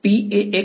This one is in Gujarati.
વિદ્યાર્થી